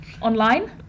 Online